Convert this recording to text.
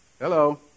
Hello